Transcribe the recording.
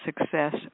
success